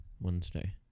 Wednesday